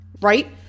right